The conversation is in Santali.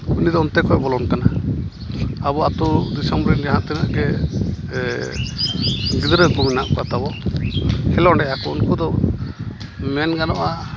ᱩᱱᱤ ᱫᱚ ᱚᱱᱛᱮ ᱠᱷᱚᱱ ᱵᱚᱞᱚᱱ ᱠᱟᱱᱟ ᱟᱵᱚ ᱟᱹᱛᱩ ᱫᱤᱥᱚᱢ ᱨᱮᱱ ᱡᱟᱦᱟᱸ ᱛᱤᱱᱟᱹᱜ ᱜᱮ ᱜᱤᱫᱽᱨᱟᱹ ᱠᱚ ᱢᱮᱱᱟᱜ ᱠᱚ ᱛᱟᱵᱚ ᱠᱷᱮᱞᱳᱸᱰᱮᱜ ᱟᱠᱚ ᱩᱱᱠᱩ ᱫᱚ ᱢᱮᱱ ᱜᱟᱱᱚᱜᱼᱟ